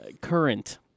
current